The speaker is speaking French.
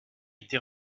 été